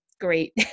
great